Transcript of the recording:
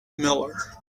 miller